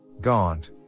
gaunt